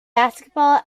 basketball